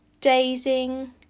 dazing